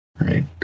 Right